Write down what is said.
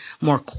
more